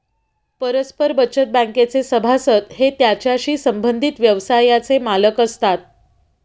परस्पर बचत बँकेचे सभासद हे त्याच्याशी संबंधित व्यवसायाचे मालक असतात